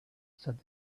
said